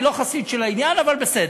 אני לא חסיד של העניין, אבל בסדר.